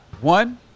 One